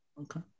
Okay